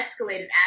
escalated